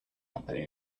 company